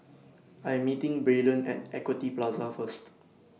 I Am meeting Brayden At Equity Plaza First